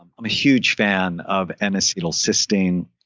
i'm a huge fan of n-acetylcysteine.